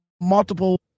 multiple